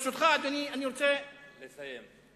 ברשותך, אדוני, אני רוצה, לסיים.